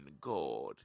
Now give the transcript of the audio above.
god